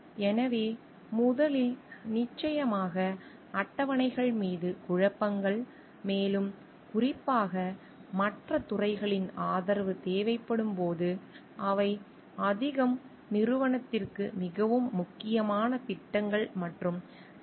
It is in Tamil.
எனவே முதலில் நிச்சயமாக அட்டவணைகள் மீது குழப்பங்கள் மேலும் குறிப்பாக மற்ற துறைகளின் ஆதரவு தேவைப்படும் போது அவை அதிகம் நிறுவனத்திற்கு மிகவும் முக்கியமான திட்டங்கள் மற்றும் துறைகள் மீதான குழப்பங்கள் ஆகும